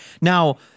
Now